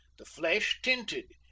the flesh tinted,